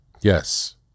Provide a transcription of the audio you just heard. Yes